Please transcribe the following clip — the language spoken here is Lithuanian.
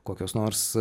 kokios nors